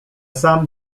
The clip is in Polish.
sam